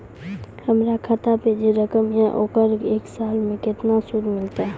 हमर खाता पे जे रकम या ओकर एक साल मे केतना सूद मिलत?